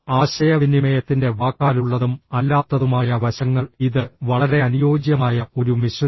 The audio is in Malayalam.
ആശയവിനിമയത്തിന്റെ വാക്കാലുള്ളതും അല്ലാത്തതുമായ വശങ്ങൾ ഇത് വളരെ അനുയോജ്യമായ ഒരു മിശ്രിതമാണ്